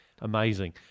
Amazing